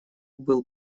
был